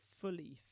fully